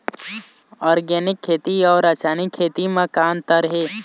Organic खेती अउ रासायनिक खेती म का अंतर हे?